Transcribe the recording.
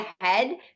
ahead